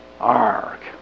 ark